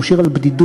הוא שיר על בדידות,